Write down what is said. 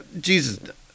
Jesus